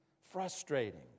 Frustrating